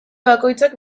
bakoitzak